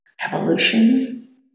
evolution